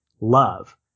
love